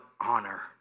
honor